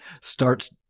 starts